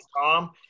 Tom